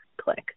click